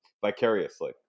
vicariously